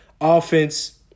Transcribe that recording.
Offense